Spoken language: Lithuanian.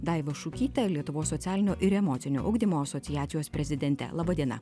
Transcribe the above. daiva šukyte lietuvos socialinio ir emocinio ugdymo asociacijos prezidente laba diena